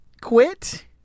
quit